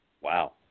Wow